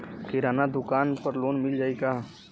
किराना दुकान पर लोन मिल जाई का?